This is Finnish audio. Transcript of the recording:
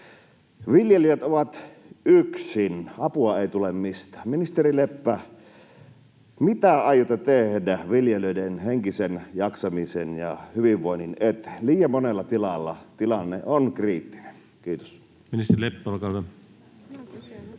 Viljelijät ovat yksin. Apua ei tule mistään. Ministeri Leppä: mitä aiotte tehdä viljelijöiden henkisen jaksamisen ja hyvinvoinnin eteen? Liian monella tilalla tilanne on kriittinen. — Kiitos. Ministeri Leppä, olkaa hyvä. Arvoisa